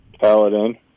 paladin